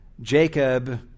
Jacob